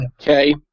Okay